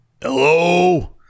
Hello